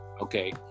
okay